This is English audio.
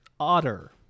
Otter